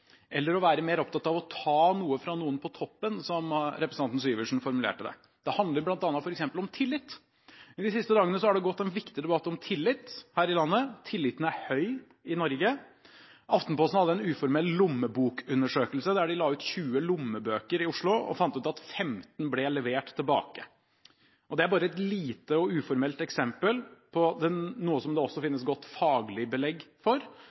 eller å være mer opptatt av å ta noe fra noen på toppen, som representanten Syversen formulerte det. Det handler f.eks. om tillit. I de siste dagene har det gått en viktig debatt om tillit her i landet. Tilliten er høy i Norge. Aftenposten hadde en uformell lommebokundersøkelse, der de la ut 20 lommebøker i Oslo og fant ut at 15 ble levert tilbake. Det er bare et lite og uformelt eksempel på noe som det også finnes godt faglig belegg for: